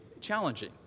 challenging